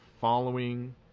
following